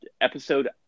episode